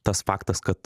tas faktas kad